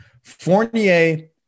Fournier